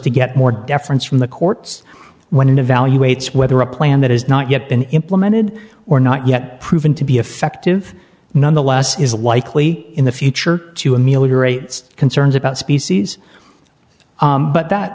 to get more deference from the courts when it evaluates whether a plan that has not yet been implemented or not yet proven to be effective nonetheless is likely in the future to ameliorate its concerns about species but